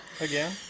again